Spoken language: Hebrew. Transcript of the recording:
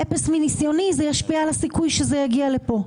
מניסיוני זה ישפיע על הסיכוי שזה יגיע לפה.